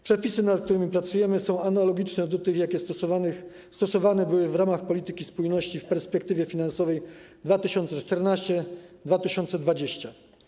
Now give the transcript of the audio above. Przepisy, nad którymi pracujemy, są analogiczne do tych, jakie stosowane były w ramach polityki spójności w perspektywie finansowej 2014-2020.